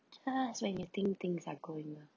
that's when you think things are going wrong